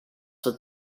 with